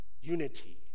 unity